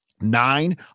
nine